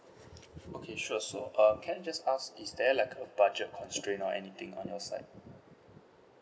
okay sure so um can I just ask is there like a budget constraint or anything on your side